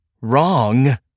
wrong